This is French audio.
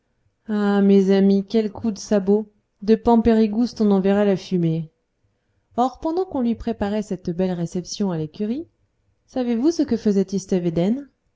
ah mes amis quel coup de sabot de pampérigouste on en verrait la fumée or pendant qu'on lui préparait cette belle réception à l'écurie savez-vous ce que faisait